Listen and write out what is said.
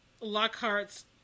Lockhart's